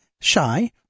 shy